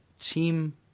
team